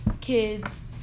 kids